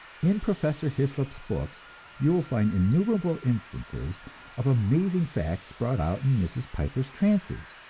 in professor hyslop's books you will find innumerable instances of amazing facts brought out in mrs. piper's trances.